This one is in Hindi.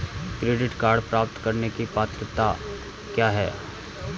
क्रेडिट कार्ड प्राप्त करने की पात्रता क्या है?